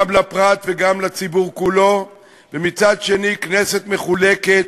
גם לפרט וגם לציבור כולו, ומצד שני, כנסת מחולקת,